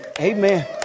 Amen